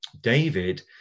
David